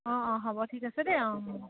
অঁ অঁ হ'ব ঠিক আছে দেই অঁ